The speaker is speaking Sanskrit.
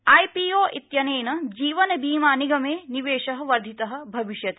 आईपीओ इत्यनेन जीवन बीमा निगमे निवेशः वर्धितः भविष्यति